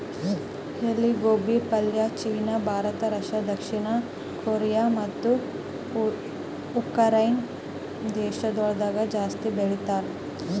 ಎಲಿ ಗೋಬಿ ಪಲ್ಯ ಚೀನಾ, ಭಾರತ, ರಷ್ಯಾ, ದಕ್ಷಿಣ ಕೊರಿಯಾ ಮತ್ತ ಉಕರೈನೆ ದೇಶಗೊಳ್ದಾಗ್ ಜಾಸ್ತಿ ಬೆಳಿತಾರ್